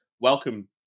welcome